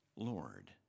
Lord